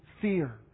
fear